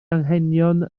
anghenion